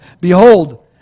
Behold